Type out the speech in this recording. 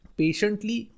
patiently